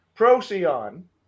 Procyon